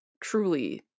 truly